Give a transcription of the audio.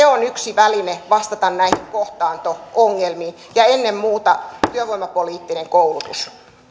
on yksi väline vastata näihin kohtaanto ongelmiin samoin ennen muuta työvoimapoliittinen koulutus